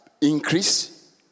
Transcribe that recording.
increase